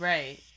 Right